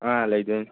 ꯑꯥ ꯂꯩꯗꯣꯏꯅꯤ